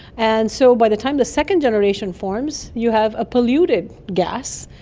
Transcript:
and so by the time the second generation forms you have a polluted gas,